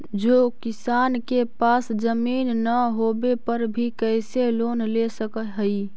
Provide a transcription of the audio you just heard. जे किसान के पास जमीन न होवे पर भी कैसे लोन ले सक हइ?